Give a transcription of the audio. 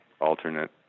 alternate